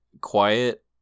quiet